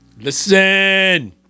Listen